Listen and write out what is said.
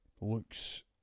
looks